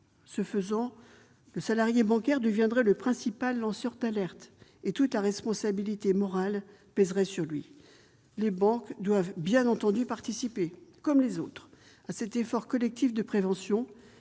Ce faisant, le salarié bancaire deviendrait le principal lanceur d'alerte, et toute la responsabilité morale pèserait sur lui. Les banques doivent, bien entendu, participer, comme tout le monde, à cet effort collectif de prévention,